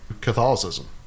Catholicism